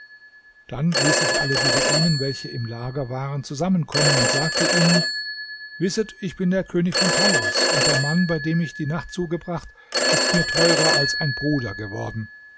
dann ließ ich alle beduinen welche im lager waren zusammenkommen und sagte ihnen wisset ich bin der könig von tauris und der mann bei dem ich die nacht zugebracht ist mir teurer als ein bruder geworden